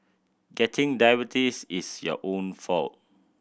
getting diabetes is your own fault